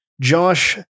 Josh